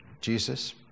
Jesus